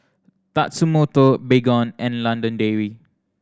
Tatsumoto Baygon and London Dairy